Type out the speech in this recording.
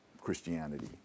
Christianity